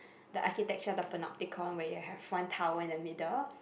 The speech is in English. the architecture the Panopticon where you have one tower in the middle